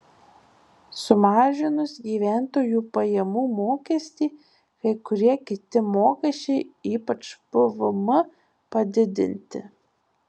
sumažinus gyventojų pajamų mokestį kai kurie kiti mokesčiai ypač pvm padidinti